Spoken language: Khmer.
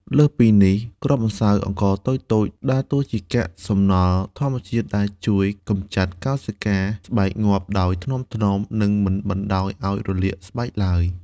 លើសពីនេះ គ្រាប់ម្សៅអង្ករតូចៗដើរតួជាកាកសំណល់ធម្មជាតិដែលជួយកម្ចាត់កោសិកាស្បែកងាប់ដោយថ្នមៗ និងមិនបណ្ដាលឱ្យរលាកស្បែកឡើយ។